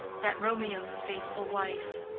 that romeo's faithful wife.